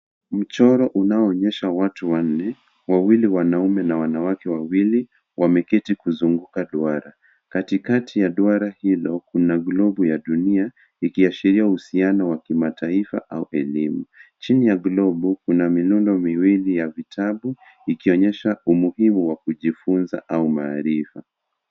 Mchoro unaoonyesha watu wanne, wawili wanaume na wanawake wawili wameketi kuzunguka duara. Katikati ya duara hilo kuna globu ya dunia ikiashiria uhusiano wa kimataifa au elimu. Chini ya globu kuna milundo miwili ya vitabu ikionyesha umuhimu wa kujifunza au maarifa.